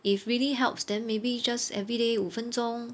if really helps then maybe just everyday 五分钟